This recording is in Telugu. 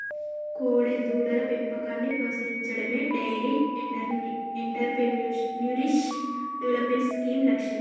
కోడెదూడల పెంపకాన్ని ప్రోత్సహించడమే డెయిరీ ఎంటర్ప్రెన్యూర్షిప్ డెవలప్మెంట్ స్కీమ్ లక్ష్యం